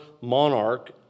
monarch